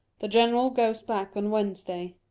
the general goes back on wednesday.